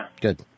good